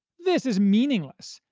this is meaningless,